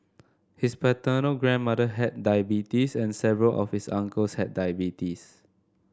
his paternal grandmother had diabetes and several of his uncles had diabetes